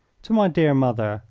to my dear mother,